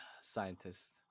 scientist